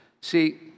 See